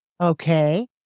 Okay